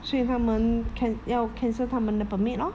所以他们 can~ 要 cancel 他们的 permit lor